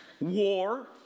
war